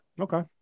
Okay